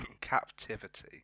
Captivity